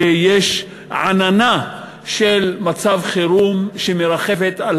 שיש עננה של מצב חירום שמרחפת מעל